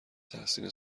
تحسین